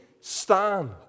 stand